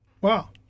Wow